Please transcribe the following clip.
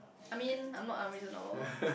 I mean I'm not unreasonable